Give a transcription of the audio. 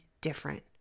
different